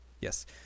yes